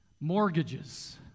mortgages